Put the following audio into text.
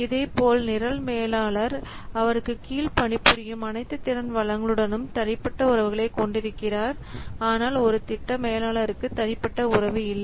இதேபோல் நிரல் மேலாளர் அவருக்கு கீழ் பணிபுரியும் அனைத்து திறன் வளங்களுடனும் தனிப்பட்ட உறவுகளைக் கொண்டிருக்கிறார் ஆனால் ஒரு திட்ட மேலாளருக்கு தனிப்பட்ட உறவு இல்லை